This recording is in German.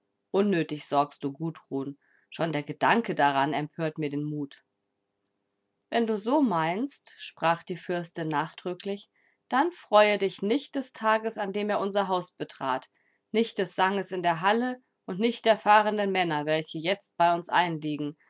unnötig sorgst du gundrun schon der gedanke daran empört mir den mut wenn du so meinst sprach die fürstin nachdrücklich dann freue dich nicht des tages an dem er unser haus betrat nicht des sanges in der halle und nicht der fahrenden männer welche jetzt bei uns einliegen